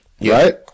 right